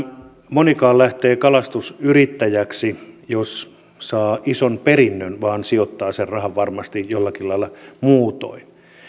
monikaan lähtee kalastusyrittäjäksi jos saa ison perinnön vaan sijoittaa sen rahan varmasti jollakin lailla muutoin